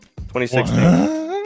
2016